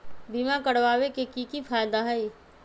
बीमा करबाबे के कि कि फायदा हई?